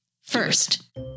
First